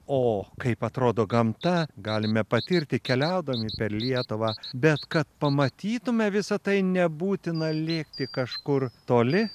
o kaip atrodo gamta galime patirti keliaudami per lietuvą bet kad pamatytume visa tai nebūtina lėkti kažkur toli